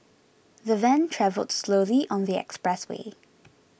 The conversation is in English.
the van travelled slowly on the expressway